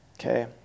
Okay